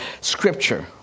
scripture